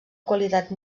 qualitat